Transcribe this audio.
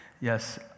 Yes